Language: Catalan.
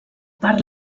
part